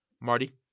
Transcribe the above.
Marty